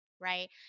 Right